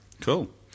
Cool